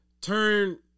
turn